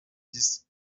dix